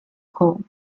coal